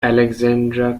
alexandra